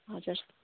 हजुर